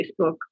Facebook